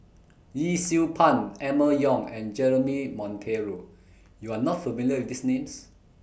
Yee Siew Pun Emma Yong and Jeremy Monteiro YOU Are not familiar with These Names